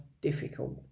difficult